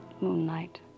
moonlight